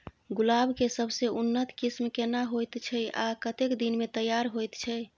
गुलाब के सबसे उन्नत किस्म केना होयत छै आ कतेक दिन में तैयार होयत छै?